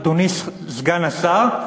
אדוני סגן השר,